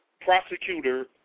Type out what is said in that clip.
prosecutor